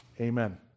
amen